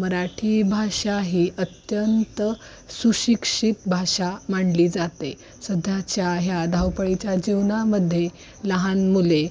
मराठी भाषा ही अत्यंत सुशिक्षित भाषा मानली जाते सध्याच्या ह्या धावपळीच्या जीवनामध्ये लहान मुले